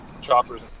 choppers